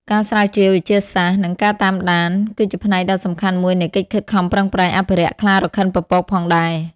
ការស្រាវជ្រាវវិទ្យាសាស្ត្រ និងការតាមដាន គឺជាផ្នែកដ៏សំខាន់មួយនៃកិច្ចខិតខំប្រឹងប្រែងអភិរក្សខ្លារខិនពពកផងដែរ។